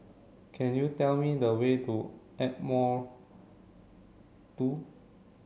can you tell me the way to Ardmore two